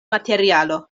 materialo